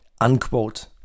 Unquote